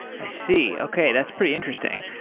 i see. okay, that's pretty interesting.